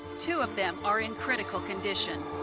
two of them are in critical condition.